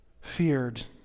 feared